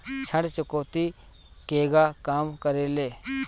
ऋण चुकौती केगा काम करेले?